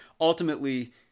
ultimately